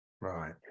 right